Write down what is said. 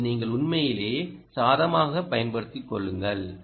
இப்போது நீங்கள் உண்மையிலேயே சாதகமாகப் பயன்படுத்திக் கொள்ளுங்கள்